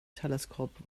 telescope